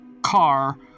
car